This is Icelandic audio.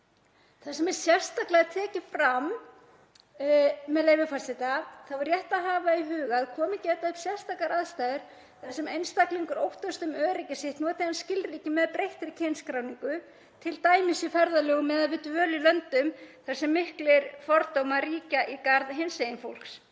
þá er þar sérstaklega tekið fram, með leyfi forseta: „Þá er rétt að hafa í huga að komið geta upp sérstakar aðstæður þar sem einstaklingur óttast um öryggi sitt noti hann skilríki með breyttri kynskráningu, til dæmis í ferðalögum eða við dvöl í löndum þar sem miklir fordómar ríkja í garð hinsegin fólks.“